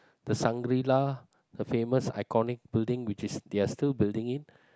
the Shangri La the famous iconic building which is they are still building it